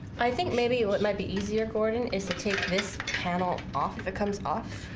i think maybe what might be easier gordon is to take this panel off that comes off.